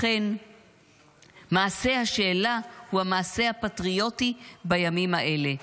לכן מעשה השאלה הוא המעשה הפטריוטי בימים האלה,